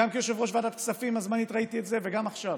גם כיושב-ראש ועדת הכספים הזמנית ראיתי את זה וגם עכשיו,